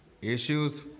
issues